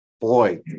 boy